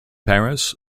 paris